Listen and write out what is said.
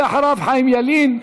אחריו, חיים ילין.